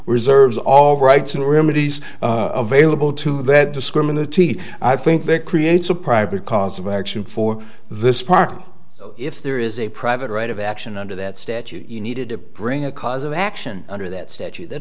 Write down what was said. reserves all rights and remedies available to that discriminatory i think that creates a private cause of action for this park if there is a private right of action under that statute you needed to bring a cause of action under that statute that